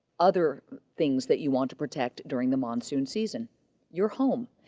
other things that you want to protect during the monsoon season your home.